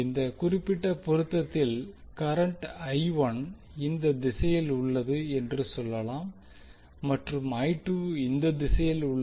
இந்த குறிப்பிட்ட பொருத்தத்தில் கரண்ட் இந்த திசையில் உள்ளது என்று சொல்லலாம் மற்றும் இந்த திசையில் உள்ளது